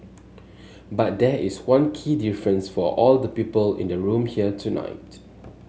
but there is one key difference for all the people in the room here tonight